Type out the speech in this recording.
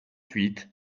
huit